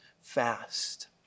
fast